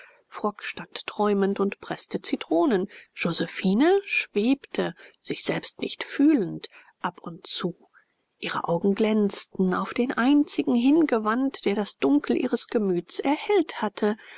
frock stand träumend und preßte zitronen josephine schwebte sich selbst nicht fühlend ab und zu ihre augen glänzten auf den einzigen hingewandt der das dunkel ihres gemüts erhellt hatte